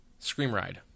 Screamride